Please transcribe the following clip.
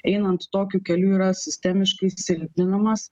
einant tokiu keliu yra sistemiškai silpninamas